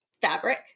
fabric